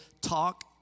talk